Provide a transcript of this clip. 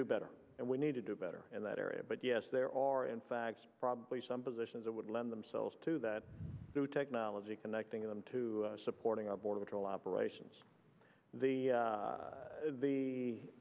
do better and we need to do better in that area but yes there are in fact probably some positions that would lend themselves to that new technology connecting them to supporting our border patrol operations the